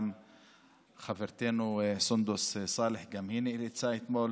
גם חברתנו סונדוס סאלח, גם היא נאלצה אתמול